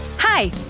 Hi